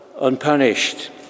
unpunished